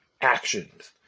actions